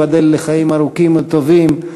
ייבדל לחיים ארוכים וטובים,